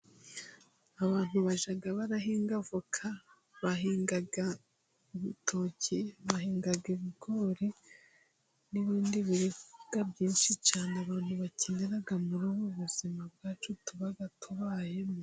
Abantu bajya barahinga avoka bahingaga ibitoki, bahinga ibigori, n'ibindi biriyaga byinshi cyane, abantu bakenera murubu buzima bwacu tuba tubayemo.